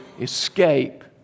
escape